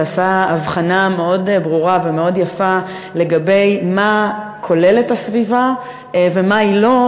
שעשה הבחנה מאוד ברורה ומאוד יפה מה כוללת הסביבה ומה היא לא,